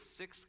six